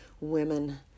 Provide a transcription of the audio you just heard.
women